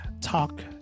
talk